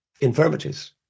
infirmities